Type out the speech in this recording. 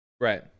Right